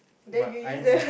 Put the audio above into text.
but I'm